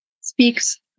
speaks